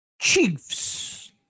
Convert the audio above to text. Chiefs